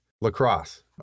lacrosse